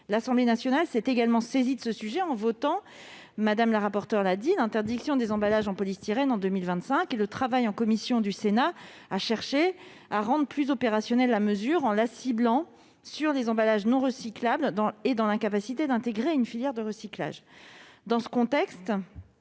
L'Assemblée nationale s'est, elle aussi, saisie de cette question en votant-Mme la rapporteure l'a dit -l'interdiction des emballages en polystyrène en 2025. Le travail en commission, au Sénat, a cherché à rendre plus opérationnelle la mesure en la ciblant sur des emballages non recyclables et dans l'incapacité d'intégrer une filière de recyclage. Dans ce contexte,